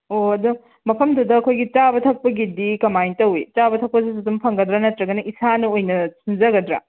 ꯑꯣ ꯑꯗꯣ ꯃꯐꯝꯗꯨꯗ ꯑꯩꯈꯣꯏꯒꯤ ꯆꯥꯕ ꯊꯛꯄꯒꯤꯗꯤ ꯀꯃꯥꯏꯟꯅ ꯇꯧꯏ ꯆꯥꯕ ꯊꯛꯄꯗꯁꯨ ꯑꯗꯨꯝ ꯐꯪꯒꯗ꯭ꯔꯥ ꯅꯠꯇ꯭ꯔꯒꯅ ꯏꯁꯥꯅ ꯑꯣꯏꯅ ꯁꯤꯟꯖꯒꯗ꯭ꯔꯥ